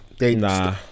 Nah